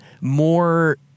more